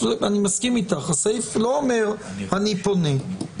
אם לא שירכז